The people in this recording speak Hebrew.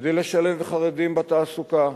כדי לשלב חרדים בתעסוקה,